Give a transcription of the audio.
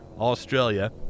Australia